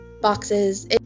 boxes